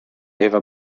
eva